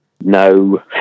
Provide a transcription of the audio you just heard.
no